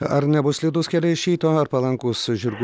ar nebus slidūs keliai iš ryto ar palankūs žirgų